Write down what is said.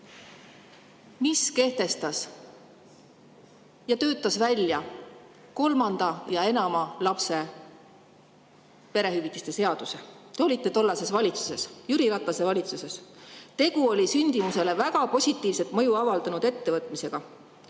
mis kehtestas ja töötas välja kolmanda ja enama lapse perehüvitiste seaduse. Te olite tollases valitsuses, Jüri Ratase valitsuses. Tegu oli sündimusele väga positiivset mõju avaldanud ettevõtmisega.